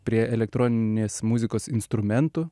prie elektroninės muzikos instrumentų